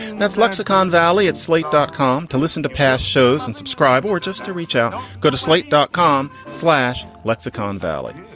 that's lexicon valley at slate dot com. to listen to past shows and subscribe or just to reach out, go to slate dot com slash lexicon valley.